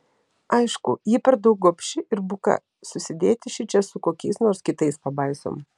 aišku ji per daug gobši ir buka susidėti šičia su kokiais nors kitais pabaisom